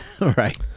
right